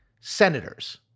senators